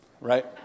Right